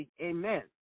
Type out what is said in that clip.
Amen